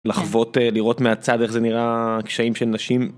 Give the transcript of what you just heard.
לחוות לראות מהצד איך זה נראה קשיים של נשים.